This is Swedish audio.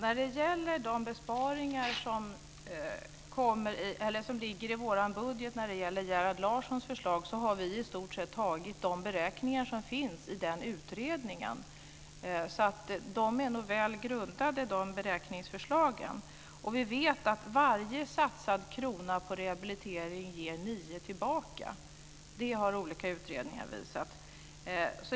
Fru talman! De besparingar som ligger i vår budget utgår från Gerhard Larssons förslag. Vi har i stort sett tagit de beräkningar som finns i den utredningen. De beräkningsförslagen är nog väl grundade. Vi vet att varje satsad krona på rehabilitering ger 9 kr tillbaka. Det har olika utredningar visat.